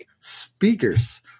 speakers